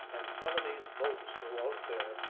and some of these boats go out there,